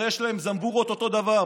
הרי יש להם זמבורות אותו דבר,